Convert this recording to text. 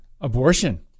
abortion